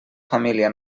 família